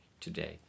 today